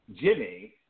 Jimmy